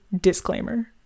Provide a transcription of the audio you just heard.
Disclaimer